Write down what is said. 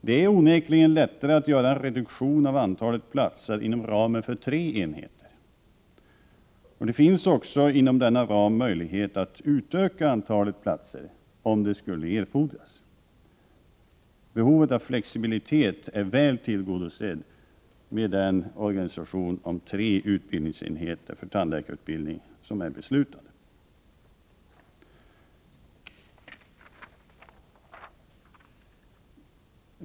Det är onekligen lättare att göra en reduktion av antalet platser inom ramen för tre enheter. Det finns också inom denna ram möjlighet att utöka antalet platser om det skulle erfordras. Behovet av flexibilitet är väl tillgodosett i den organisation om tre utbildningsenheter för tandläkarutbildningen som man har fattat beslut om.